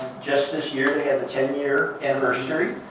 just this year, they had the ten year anniversary.